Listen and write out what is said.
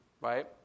Right